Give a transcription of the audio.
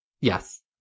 Yes